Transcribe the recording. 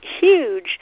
huge